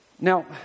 Now